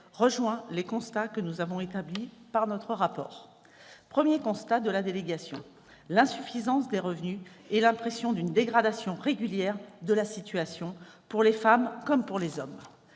rejoint les constats que nous avons établis dans notre rapport. Premier constat de la délégation : l'insuffisance des revenus et l'impression d'une dégradation régulière de la situation, tant pour les femmes que pour les hommes.